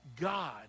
God